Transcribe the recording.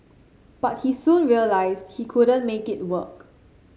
but he soon realised he couldn't make it work